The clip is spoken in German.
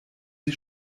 sie